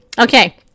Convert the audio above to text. Okay